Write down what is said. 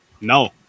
No